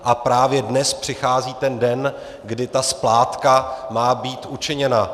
A právě dnes přichází ten den, kdy ta splátka má být učiněna.